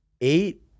eight